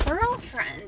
girlfriend